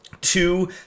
two